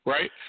Right